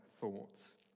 thoughts